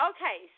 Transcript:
Okay